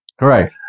Right